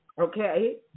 Okay